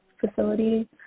facility